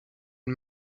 une